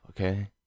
okay